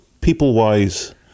people-wise